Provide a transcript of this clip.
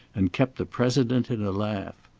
and kept the president in a laugh.